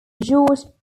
george